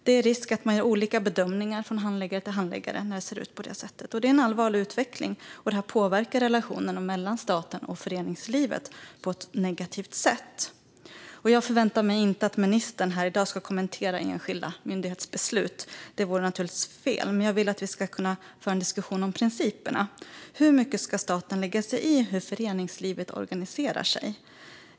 Det är risk för att det görs olika bedömningar från handläggare till handläggare när det ser ut på det sättet. Detta är en allvarlig utveckling, och den påverkar relationen mellan staten och föreningslivet på ett negativt sätt. Jag förväntar mig inte att ministern här i dag ska kommentera enskilda myndighetsbeslut - det vore naturligtvis fel - men jag vill att vi ska kunna föra en diskussion om principerna: Hur mycket ska staten lägga sig i hur föreningslivet organiserar sig?